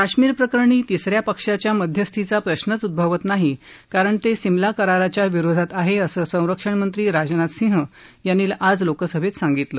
काश्मिर प्रकरणी तिस या पक्षाच्या मध्यस्थीचा प्रश्नच उद्भवत नाही कारण ते शिमला कराराच्या विरोधात आहे असं संरक्षणमंत्री राजनाथ सिंह यांनी आज लोकसभेत सांगितलं